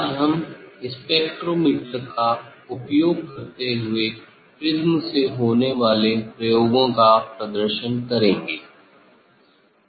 आज हम स्पेक्ट्रोमीटर का उपयोग करते हुए प्रिज्म से होने वाले प्रयोगों का प्रदर्शन करेंगे